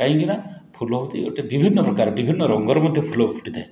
କାଇଁକିନା ଫୁଲ ହେଉଛି ଗୋଟେ ବିଭିନ୍ନପ୍ରକାର ବିଭିନ୍ନ ରଙ୍ଗର ମଧ୍ୟ ଫୁଲ ଫୁଟିଥାଏ